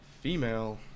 Female